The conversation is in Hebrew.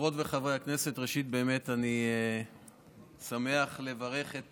חברות וחברי הכנסת, ראשית, אני שמח לברך את